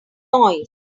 noise